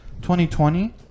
2020